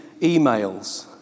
emails